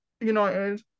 United